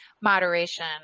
moderation